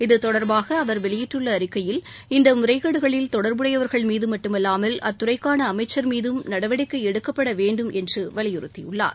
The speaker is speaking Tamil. இத்தொடர்பாக அவர் வெளியிட்டுள்ள அறிக்கையில் இந்த முறைகேடுகளில் தொடர்புடையவர்கள் மீது மட்டுமல்லாமல் அத்துறைக்கான அமைச்சர் மீதும் நடவடிக்கை எடுக்கப்பட வேண்டும் என்று வலியுறுத்தியுள்ளார்